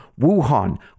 Wuhan